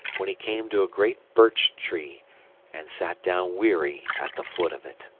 when he came to a great birch-tree, and sat down weary at the foot of it.